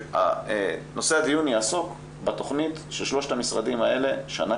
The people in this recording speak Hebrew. נושא הדיון יעסוק בתוכנית של שלושת המשרדים האלה שנה